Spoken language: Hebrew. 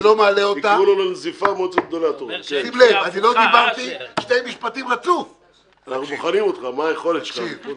יש שתי נקודות שאני רוצה